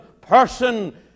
person